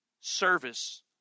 service